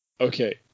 okay